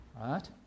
right